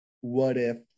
what-if